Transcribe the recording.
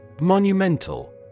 monumental